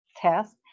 test